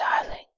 darling